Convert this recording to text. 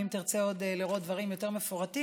ואם תרצה עוד לראות דברים יותר מפורטים,